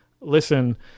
listen